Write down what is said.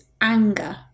anger